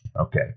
Okay